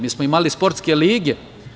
Mi smo imali sportske lige.